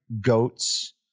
goats